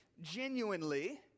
genuinely